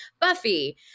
Buffy